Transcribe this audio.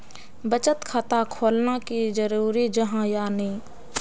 बचत खाता खोलना की जरूरी जाहा या नी?